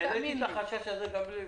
את מבינה את החשש שלנו.